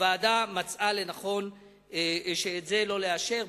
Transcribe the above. הוועדה מצאה לנכון את זה לא לאשר.